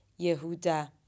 Yehuda